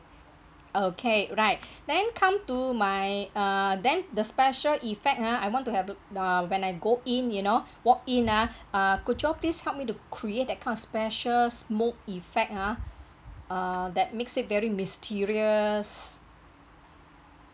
okay right then come to my uh then the special effect ha I want to have a uh when I go in you know walk in ah ah could y'all please tell me to create that kind of special smoke effect ha uh that makes it very mysterious